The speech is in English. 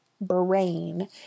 brain